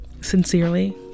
Sincerely